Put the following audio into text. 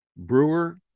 Brewer